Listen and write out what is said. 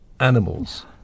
Animals